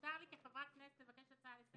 מותר לי כחברת כנסת לבקש הצעה לסדר?